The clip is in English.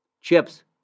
chips